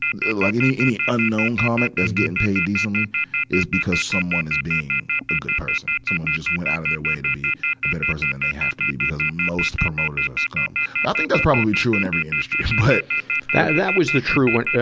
like any, any unknown comic that's getting paid decently is because someone is being a good person. someone just went out of their way to be a better person than they have to be, because most promoters are scum. but i think that's probably true in every industry. but that was the true, ah,